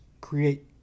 create